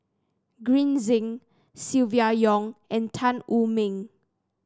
Green Zeng Silvia Yong and Tan Wu Meng